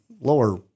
lower